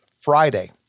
Friday